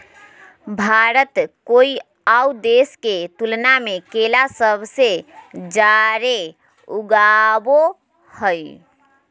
भारत कोय आउ देश के तुलनबा में केला सबसे जाड़े उगाबो हइ